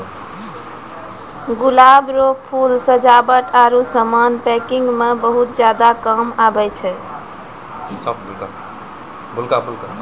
गुलाब रो फूल सजावट आरु समान पैकिंग मे बहुत ज्यादा काम आबै छै